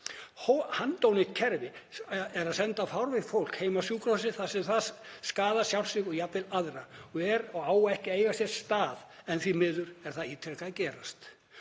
Handónýtt kerfi er að senda fárveikt fólk heim af sjúkrahúsi þar sem það skaðar sjálft sig og jafnvel aðra. Það á ekki að eiga sér stað en því miður er það ítrekað að gerast.